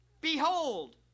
behold